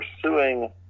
pursuing